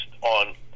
on